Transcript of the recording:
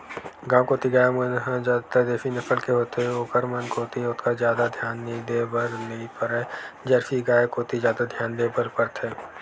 गांव कोती गाय मन ह जादातर देसी नसल के होथे ओखर मन कोती ओतका जादा धियान देय बर नइ परय जरसी गाय कोती जादा धियान देय ल परथे